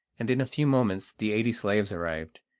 and in a few moments the eighty slaves arrived,